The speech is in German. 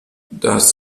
das